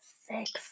Six